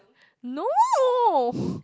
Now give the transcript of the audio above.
no